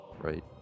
right